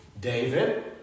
David